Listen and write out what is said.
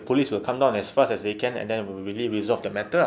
the police will come down as fast as they can and then really resolve the matter ah